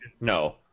No